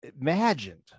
imagined